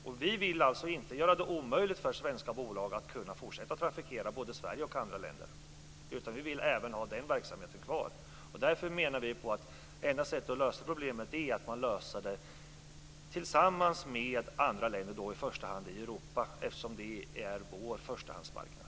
Men vi vill inte göra det omöjligt för svenska bolag att kunna fortsätta trafikera både Sverige och andra länder. Vi vill även ha den verksamheten kvar. Därför menar vi att enda sättet att lösa problemet är att lösa det tillsammans med andra länder, i första hand i Europa, eftersom det är vår förstahandsmarknad.